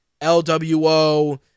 LWO